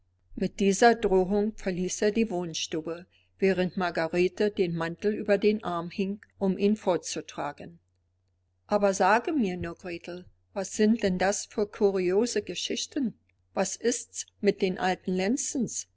mit dieser drohung verließ er die wohnstube während margarete den mantel über den arm hing um ihn fortzutragen aber sage mir nur gretel was sind denn das für kuriose geschichten was ist's mit den alten lenzens